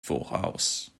voraus